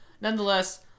nonetheless